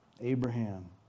Abraham